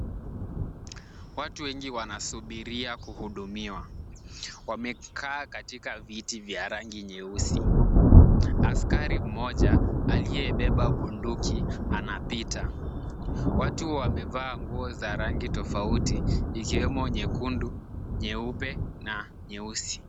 Watu wengi wanasubiria kuhudumiwa. Wamekaa katika viti vya rangi nyeusi. Askari mmoja aliyebeba bunduki anapita. Watu wamevaa nguo za rangi tofauti ikiwemo nyekundu, nyeupe na nyeusi.